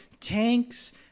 tanks